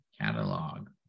catalog